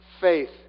faith